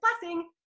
blessing